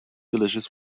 delicious